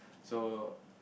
so